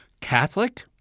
Catholic